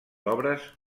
obres